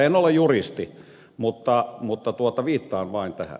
en ole juristi mutta viittaan vain tähän